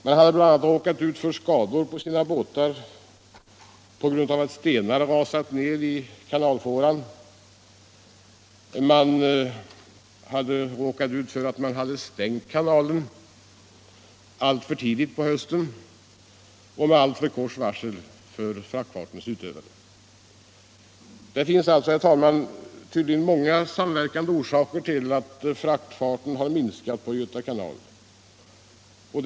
Det hade bl.a. råkat ut för skador på sina båtar på grund av att stenar rasat ned i kanalfåran. De hade också råkat ut för att man hade stängt kanalen alltför tidigt på hösten och med alltför kort varsel för fraktfartens utövare. Det finns alltså, herr talman, tydligen många samverkande orsaker till att fraktfarten på Göta kanal har minskat.